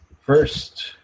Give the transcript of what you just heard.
First